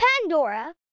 Pandora